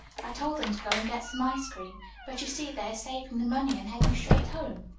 i told them to go and get some ice cream but you see they are saving the money and heading straight home.